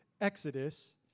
Exodus